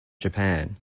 japan